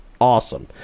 awesome